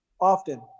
Often